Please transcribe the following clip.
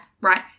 Right